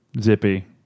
zippy